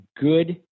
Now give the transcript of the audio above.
good